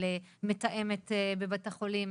מתאמת בבתי החולים,